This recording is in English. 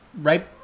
right